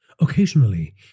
Occasionally